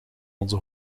onze